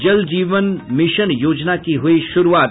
जल जीवन मिशन योजना की हुयी शुरूआत